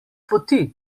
poti